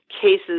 cases